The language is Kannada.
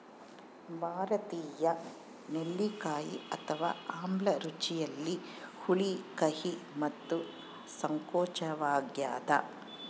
ಭಾರತೀಯ ನೆಲ್ಲಿಕಾಯಿ ಅಥವಾ ಆಮ್ಲ ರುಚಿಯಲ್ಲಿ ಹುಳಿ ಕಹಿ ಮತ್ತು ಸಂಕೋಚವಾಗ್ಯದ